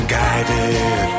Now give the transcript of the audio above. guided